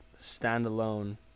standalone